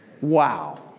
Wow